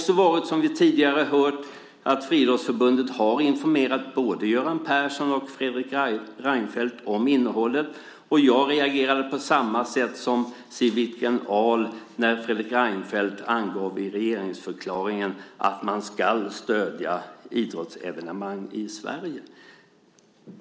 Som vi tidigare hört har Friidrottsförbundet informerat både Göran Persson och Fredrik Reinfeldt om innehållet. Jag reagerade på samma sätt som Siw Wittgren-Ahl när Fredrik Reinfeldt angav i regeringsförklaringen att man ska stödja idrottsevenemang i Sverige.